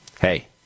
hey